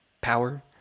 power